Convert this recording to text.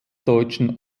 deutschen